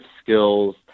skills